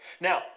Now